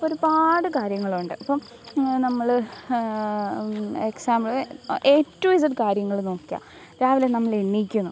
ഒരുപാട് കാര്യങ്ങളുണ്ട് ഇപ്പം നമ്മൾ എക്സാമ്പിള് എ റ്റു ഇസെഡ് കാര്യങ്ങൾ നോക്കിയാൽ രാവിലെ നമ്മൾ എണീക്കുന്നു